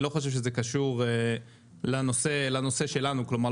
אני לא חושב שזה קשור לנושא שלנו כלומר,